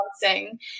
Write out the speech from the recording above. dancing